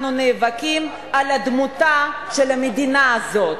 אנחנו נאבקים על דמותה של המדינה הזאת.